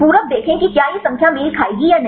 पूरक देखें कि क्या ये संख्या मेल खाएगी या नहीं